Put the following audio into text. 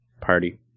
party